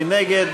מי נגד?